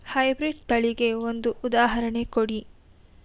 High breed ತಳಿಗೆ ಒಂದು ಉದಾಹರಣೆ ಕೊಡಿ?